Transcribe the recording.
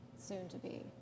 soon-to-be